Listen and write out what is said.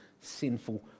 sinful